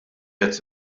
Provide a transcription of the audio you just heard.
qed